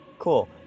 Cool